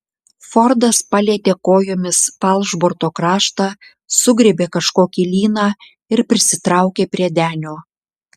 fordas palietė kojomis falšborto kraštą sugriebė kažkokį lyną ir prisitraukė prie denio